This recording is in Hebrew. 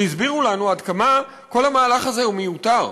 שהסבירו לנו עד כמה כל המהלך הזה הוא מיותר.